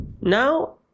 Now